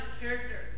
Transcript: character